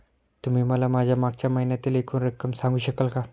तुम्ही मला माझ्या मागच्या महिन्यातील एकूण रक्कम सांगू शकाल का?